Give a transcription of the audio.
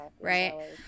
Right